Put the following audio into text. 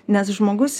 nes žmogus